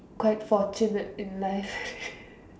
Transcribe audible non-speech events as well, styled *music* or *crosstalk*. quite fortunate in life *laughs*